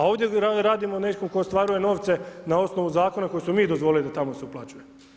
A ovdje radimo netko tko ostvaruje novce na osnovu zakone koje smo mi dozvolili da tamo se uplaćuje.